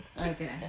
okay